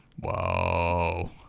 Whoa